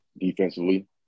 defensively